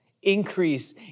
increase